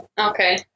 Okay